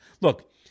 Look